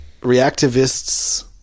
reactivists